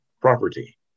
property